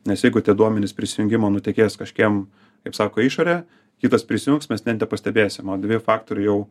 nes jeigu tie duomenys prisijungimo nutekės kažkokiam kaip sako į išorę kitas prisijungs mes net nepastebėsim o dviejų faktorių jau